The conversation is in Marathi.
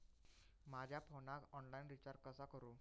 माझ्या फोनाक ऑनलाइन रिचार्ज कसा करू?